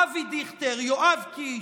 אבי דיכטר, יואב קיש,